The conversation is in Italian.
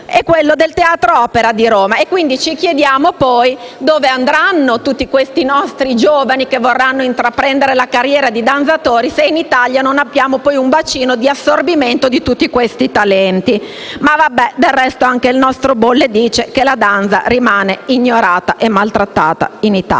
e quello del Teatro dell'Opera di Roma. Ci chiediamo dove andranno poi tutti questi nostri giovani che vorranno intraprendere la carriera di danzatori se in Italia non abbiamo un bacino di assorbimento di tutti questi talenti. Del resto anche il nostro Bolle dice che la danza rimane ignorata e maltrattata in Italia.